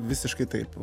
visiškai taip